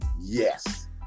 yes